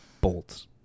bolts